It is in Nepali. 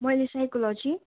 मैले साइकोलोजी